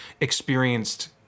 experienced